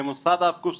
למוסד הרב קוק,